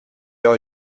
are